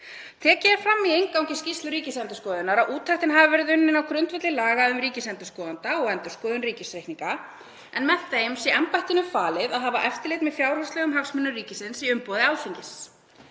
Tekið er fram í inngangi skýrslu Ríkisendurskoðunar að úttektin hafi verið unnin á grundvelli laga um ríkisendurskoðanda og endurskoðun ríkisreikninga, nr. 46/2016, en með þeim sé embættinu falið að hafa eftirlit með fjárhagslegum hagsmunum ríkisins í umboði Alþingis.